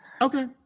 Okay